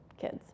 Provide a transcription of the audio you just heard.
kids